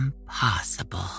impossible